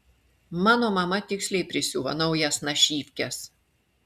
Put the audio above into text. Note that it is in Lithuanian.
mano mama tiksliai prisiuvo naujas našyvkes